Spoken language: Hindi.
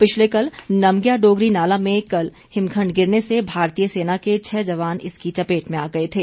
पिछले कल नमज्ञा डोगरी नाला में कल हिमखंड गिरने से भारतीय सेना के छह जवान इसकी चपेट में आ गए थे